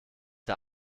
der